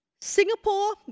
Singapore